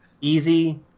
easy